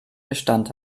bestand